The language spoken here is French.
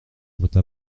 votre